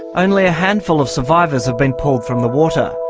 only a handful of survivors have been pulled from the water.